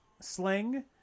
sling